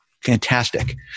fantastic